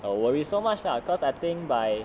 err worry so much lah cause I think by